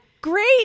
great